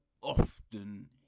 often